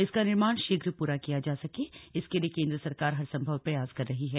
इसका निर्माण शीघ्र पूरा किया जा सके इसके लिए केन्द्र सरकार हर संभव प्रयास कर रही है